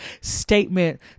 statement